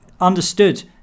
understood